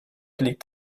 liegt